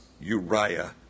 uriah